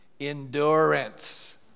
endurance